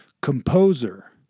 Composer